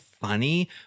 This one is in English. funny